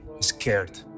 scared